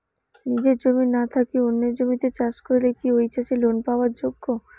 নিজের জমি না থাকি অন্যের জমিত চাষ করিলে কি ঐ চাষী লোন পাবার যোগ্য?